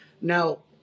Now